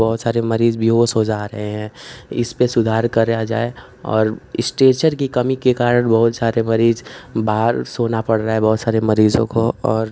बहुत सारे मरीज़ बेहोश हो जा रहे हैं इसपर सुधार किया जाए और स्ट्रेचर की कमी के कारण बहुत सारे मरीज़ को बाहर सोना पड़ रहा है बहुत सारे मरीज़ों को और